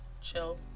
chill